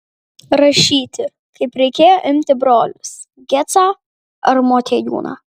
rašyti kaip reikėjo imti brolius gecą ar motiejūną